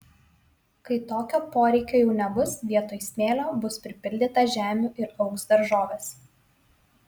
kai tokio poreikio jau nebus vietoj smėlio bus pripildyta žemių ir augs daržovės